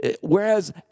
Whereas